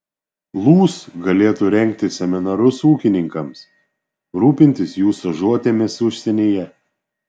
lūs galėtų rengti seminarus ūkininkams rūpintis jų stažuotėmis užsienyje